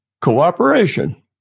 cooperation